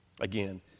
Again